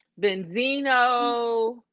Benzino